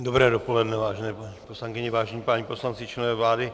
Dobré dopoledne, vážené paní poslankyně, vážení páni poslanci, členové vlády.